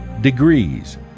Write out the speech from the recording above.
degrees